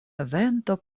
vento